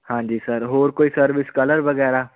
ਹਾਂਜੀ ਸਰ ਹੋਰ ਕੋਈ ਸਰਵਿਸ ਕਲਰ ਵਗੈਰਾ